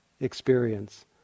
experience